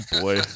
boy